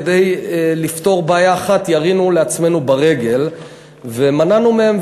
כדי לפתור בעיה אחת ירינו לעצמנו ברגל ומנענו מהם,